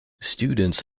students